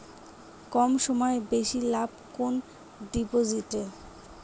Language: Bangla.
কম সময়ে বেশি লাভ কোন ডিপোজিটে?